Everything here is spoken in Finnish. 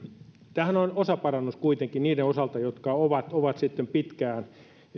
tämähän on osaparannus kuitenkin niiden osalta jotka ovat ovat sitten pitkään